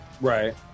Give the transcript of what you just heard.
Right